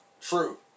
True